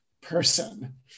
person